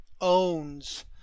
owns